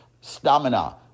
stamina